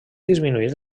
disminuir